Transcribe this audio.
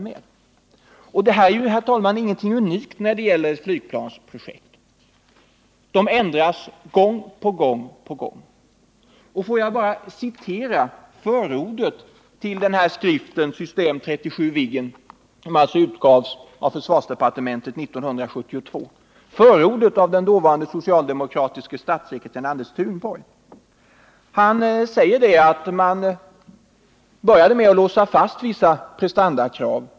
Detta är, herr talman, ingenting unikt när det gäller ett flygplansprojekt som ändras gång på gång. Får jag bara citera ur förordet till skriften ”System 37 Viggen” som utgavs av försvarsdepartementet år 1972. Det hade skrivits av den dåvarande socialdemokratiske statssekreteraren Anders Thunborg. Han säger att man började med att låsa fast vissa prestandakrav.